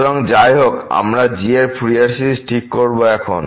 সুতরাং যাইহোক আমরা g এর জন্য ফুরিয়ার সিরিজ ঠিক করব এখন